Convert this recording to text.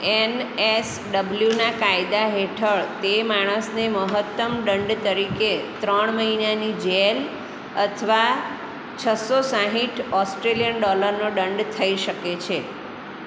N S ડબ્લ્યુના કાયદા હેઠળ તે માણસને મહત્તમ દંડ તરીકે ત્રણ મહિનાની જેલ અથવા છસો સાઠ ઓસ્ટ્રેલિયન ડોલરનો દંડ થઇ શકે છે